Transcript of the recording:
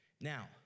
Now